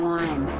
one